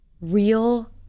real